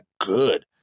good